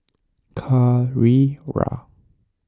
Carrera